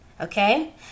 Okay